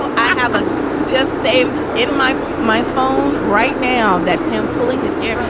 but i have a jeff saved in my my phone right now that's him pulling his hair.